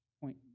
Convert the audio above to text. point